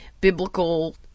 biblical